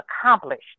accomplished